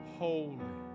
holy